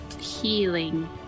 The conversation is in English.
healing